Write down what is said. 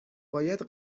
باید